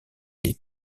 les